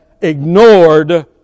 ignored